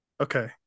Okay